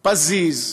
פזיז,